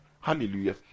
Hallelujah